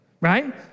right